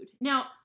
Now